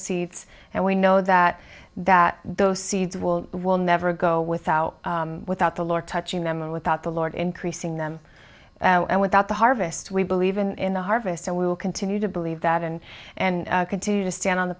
seats and we know that that those seeds will will never go without without the lord touching them and without the lord increasing them and without the harvest we believe in the harvest so we will continue to believe that and and continue to stand on the